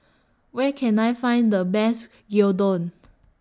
Where Can I Find The Best Gyudon